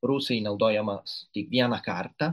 prusai naudojamas tik vieną kartą